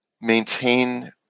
Maintain